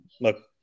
look